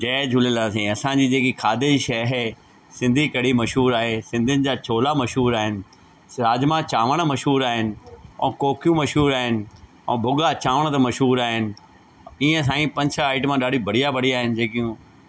जय झूलेलाल साई असांजी जेकी खाधे जी शइ आहे सिंधी कढ़ी मशहूरु आहे सिंधियुनि जा छोला मशहूरु आहिनि राजमा चांवर मशहूरु आहिनि ऐं कोकियूं मशहूरु आहिनि ऐं भुॻा चांवर त मशहूरु आहिनि ईअं साई पंज छह आइटम ॾाढी बढ़िया बढ़िया आहिनि जेकियूं